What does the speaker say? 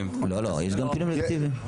לא, יש גם פינויים אלקטיביים.